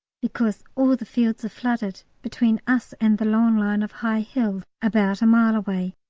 because all the fields are flooded between us and the long line of high hills about a mile away,